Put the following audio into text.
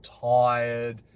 tired